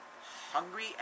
hungry